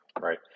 Right